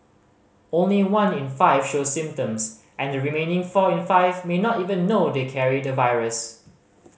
only one in five show symptoms and the remaining four in five may not even know they carry the virus